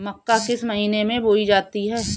मक्का किस महीने में बोई जाती है?